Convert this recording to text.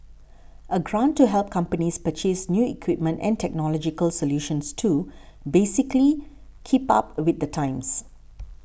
a grant to help companies purchase new equipment and technological solutions to basically keep up with the times